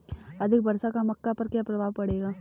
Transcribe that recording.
अधिक वर्षा का मक्का पर क्या प्रभाव पड़ेगा?